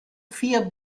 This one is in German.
vier